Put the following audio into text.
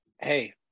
Hey